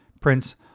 Prince